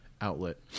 outlet